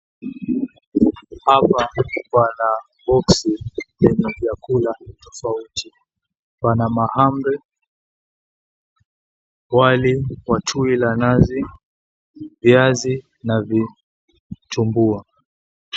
Hapa kuna boksi lenye vyakula tofauti. Kuna mahamri wali wa tui la nazi, viazi na vitumbua.